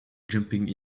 jumping